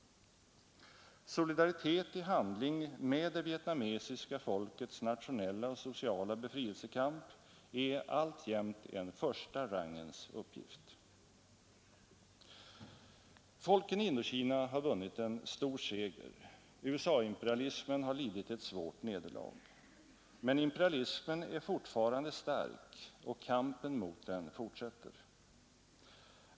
Solidaritet i handling med det vietnamesiska folkets nationella och sociala befrielsekamp är alltjämt en första rangens uppgift. Folken i Indokina har vunnit en stor seger. USA-imperialismen har lidit ett svårt nederlag. Men imperialismen är fortfarande stark och kampen mot den fortsätter.